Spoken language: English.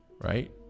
Right